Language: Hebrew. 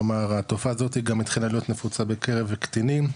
כלומר התרופה הזאתי גם התחילה להיות נפוצה בקרב קטינים,